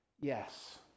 yes